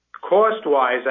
cost-wise